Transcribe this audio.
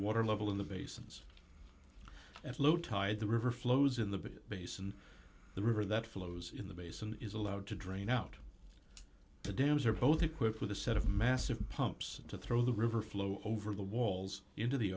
water level in the basins at low tide the river flows in the basin the river that flows in the basin is allowed to drain out the dams are both equipped with a set of massive pumps to throw the river flow over the walls into the